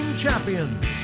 champions